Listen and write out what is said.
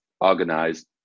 organized